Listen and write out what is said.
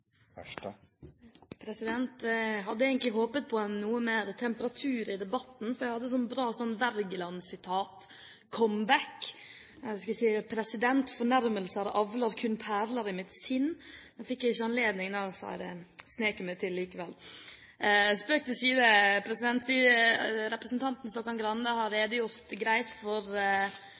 Jeg hadde egentlig håpet på noe mer temperatur i debatten, for jeg hadde et bra Wergeland-sitat – et «come back», president: Fornærmelser avler «kun Perler i mit Hjerte». Nå fikk jeg ikke anledning til det, men snek meg til det likevel! Spøk til side: Representanten Stokkan-Grande har redegjort greit for